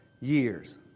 years